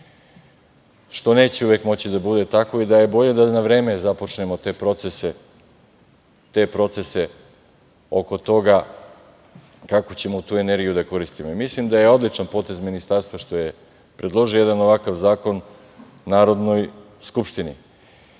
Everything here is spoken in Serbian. što neće uvek moći da bude tako i da je bolje da na vreme započnemo te procese oko toga kako ćemo tu energiju da koristimo. Mislim da je odličan potez ministarstva što je predložio jedan ovakav zakon Narodnoj skupštini.